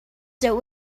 that